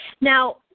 Now